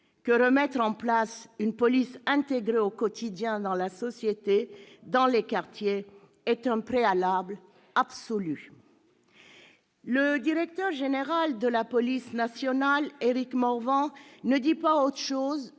que remettre en place une police intégrée au quotidien dans la société, dans les quartiers, est un préalable absolu ». Le directeur général de la police nationale, Éric Morvan, ne dit pas autre chose